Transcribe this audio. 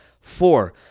Four